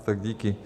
Tak díky.